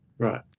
Right